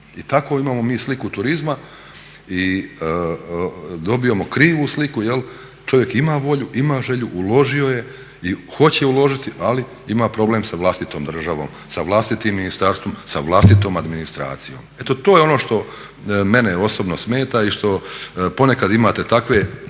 I takvu mi imamo sliku turizma i dobijamo krivu sliku. Čovjek ima volju, ima želju, uložio je i hoće uložiti, ali ima problem sa vlastitom državom, sa vlastitim ministarstvom, sa vlastitom administracijom. Eto to je ono što mene osobno smeta i što ponekad imate takve